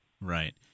Right